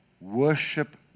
Worship